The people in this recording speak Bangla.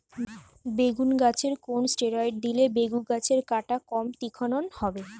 বেগুন গাছে কোন ষ্টেরয়েড দিলে বেগু গাছের কাঁটা কম তীক্ষ্ন হবে?